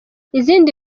izindi